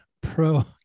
Pro